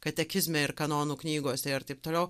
katekizme ir kanonų knygose ir taip toliau